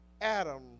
Adam